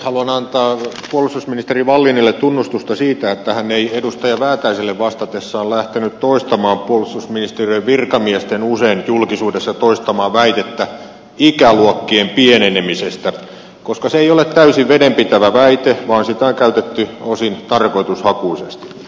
haluan antaa puolustusministeri wallinille tunnustusta siitä että hän ei edustaja väätäiselle vastatessaan lähtenyt toistamaan puolustusministeriön virkamiesten usein julkisuudessa toistamaa väitettä ikäluokkien pienenemisestä koska se ei ole täysin vedenpitävä väite vaan sitä on käytetty osin tarkoitushakuisesti